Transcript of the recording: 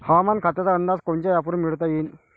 हवामान खात्याचा अंदाज कोनच्या ॲपवरुन मिळवता येईन?